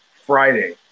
Friday